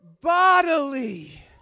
Bodily